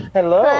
Hello